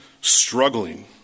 struggling